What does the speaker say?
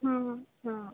ಹಾಂ ಹಾಂ